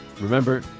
remember